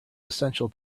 essential